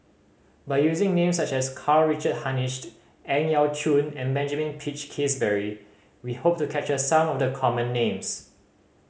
by using names such as Karl Richard Hanitsch Ang Yau Choon and Benjamin Peach Keasberry we hope to capture some of the common names